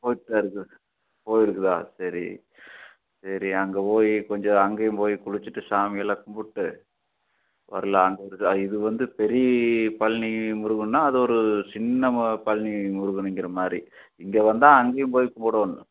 போயிவிட்டுதான் இருக்கு போயிருக்குதா சரி சரி அங்கே போய் கொஞ்சம் அங்கேயும் போய் குளிச்சிவிட்டு சாமி எல்லாம் கும்பிட்டு வரலாம் அங்கே ஒரு இதுவந்து பெரிய பழனி முருகன்னா அது ஒரு சின்ன ம பழனி முருகனுங்கிறமாதிரி இங்கேவந்தா அங்கேயும் போய் கும்பிடோணும்